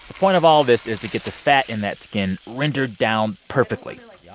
point of all this is to get the fat in that skin rendered down perfectly. yeah